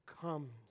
comes